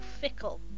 fickle